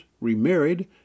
remarried